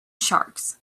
sharks